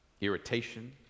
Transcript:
Irritation